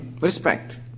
respect